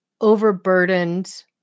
overburdened